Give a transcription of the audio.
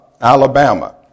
Alabama